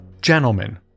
Gentlemen